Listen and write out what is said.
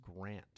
Grant